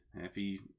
Happy